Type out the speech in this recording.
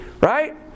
right